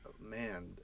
man